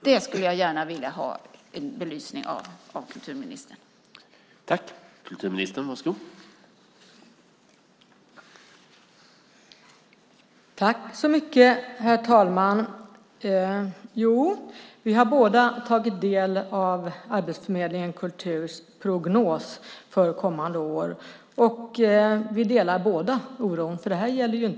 Det vill jag gärna att kulturministern belyser.